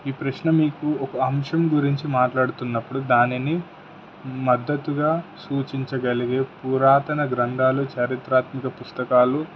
ఈ ప్రశ్న మీకు ఒక అంశం గురించి మాట్లాడుతున్నప్పుడు దానిని మద్దతుగా సూచించగలిగే పురాతన గ్రంథాలు చారిత్రాత్మిక పుస్తకాలు